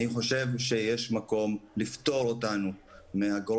אני חושב שיש מקום לפטור מאגרות